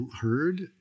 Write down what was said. heard